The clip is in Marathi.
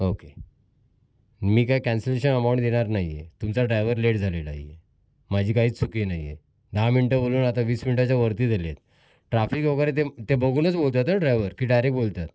ओके मी काय कॅन्सलची अमाऊंट देणार नाही आहे तुमचा ड्रायव्हर लेट झालेला आहे माझी काहीच चुकी नाही आहे दहा मिनटं बोलून आता वीस मिनिटाच्या वरती झाले आहेत ट्रॉफिक वगैरे ते ते बघूनच बोलतात ना ड्रॉयव्हर की डायरेक्ट बोलतात